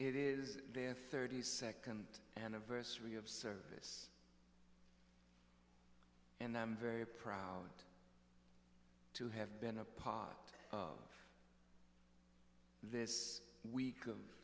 it is their thirty second anniversary of service and i'm very proud to have been a part of this week of